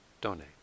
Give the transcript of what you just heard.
donate